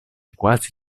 quasi